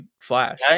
flash